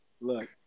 look